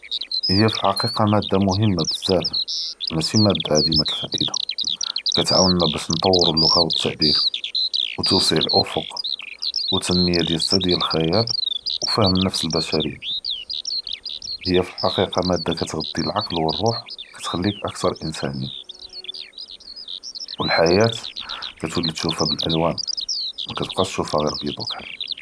היא פאלחקיקה מאדה מוהימה בזאף, מאשי מאדה עדימה אלפאאידה, כתעאונא באש נתטוורו אללועה ו אלתעביר, ו תואצול אלאפק, ו תנת’מיה ליסטא דיאל אלח’ייאל, ו פהם אלנפס אלב’ש’ריה. היא פאלחקיקה מאדה כאתג’ז’י אלעקל ו אלרוח, ו כתכליכ אכתר אינסאניה, ו אלחיאה כאתולי תושופה באלאلوان מא כתבקא תשופה ביד ו כחל.